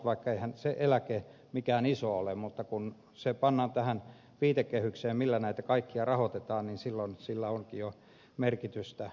vaikka eihän se eläke iso ole niin kun se pannaan tähän viitekehykseen millä näitä kaikkia rahoitetaan niin silloin sillä onkin jo merkitystä